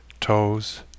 Toes